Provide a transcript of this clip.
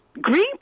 Green